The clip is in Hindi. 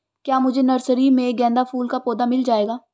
क्या मुझे नर्सरी में गेंदा फूल का पौधा मिल जायेगा?